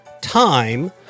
time